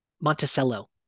Monticello